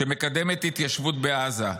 שמקדמת התיישבות בעזה,